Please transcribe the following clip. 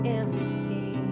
empty